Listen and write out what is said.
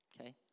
okay